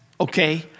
okay